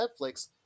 Netflix